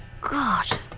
God